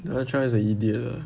donald trump is a idiot lah